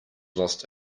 lost